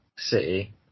City